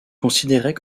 considérait